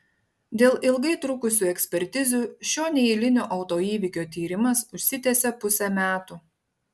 dėl ilgai trukusių ekspertizių šio neeilinio autoįvykio tyrimas užsitęsė pusę metų